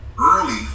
early